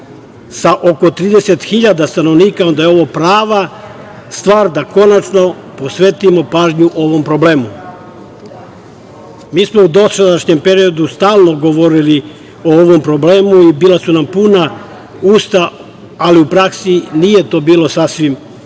sa oko 30.000 stanovnika, onda je ovo prava stvar da konačno posvetimo pažnju ovom problemu. Mi smo u dosadašnjem periodu stalno govorili o ovom problemu i bila su nam puna usta, ali u praksi nije to bilo sasvim onako